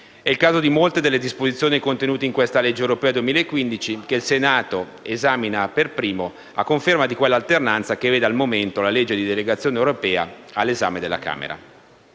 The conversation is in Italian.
È il caso di molte delle disposizioni contenute in questa legge europea 2015, che il Senato esamina per primo, a conferma di quella alternanza che vede al momento la legge di delegazione europea all'esame della Camera.